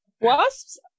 Wasps